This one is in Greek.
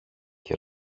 και